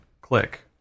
click